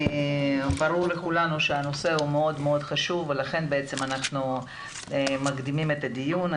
ברור לכולנו שהנושא הוא מאוד מאוד חשוב ולכן אנחנו מקדימים את הדיון.